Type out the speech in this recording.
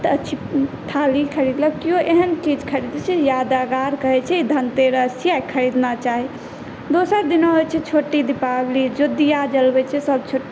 थाली खरीदलक तऽ किओ एहन किछु खरीदै छै यादगार कहै छै धनतेरस छियै आइ खरीदना चाही दोसर दिना होइ छै छोटी दीपावली जे दिआ जलबै छै